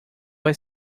vai